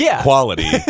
quality